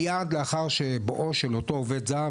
מייד לאחר בואו של עובד זר,